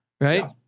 right